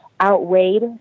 outweighed